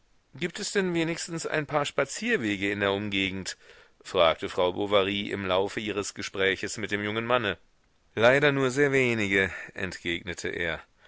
gibt es denn wenigstens ein paar spazierwege in der umgegend fragte frau bovary im laufe ihres gespräches mit dem jungen manne leider nur sehr wenige entgegnete er